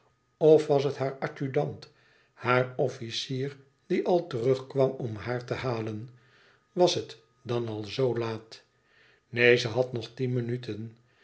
of was het haar adjudant haar officier die al terug kwam om haar te halen was het dan al zoo laat neen ze had nog tien minuten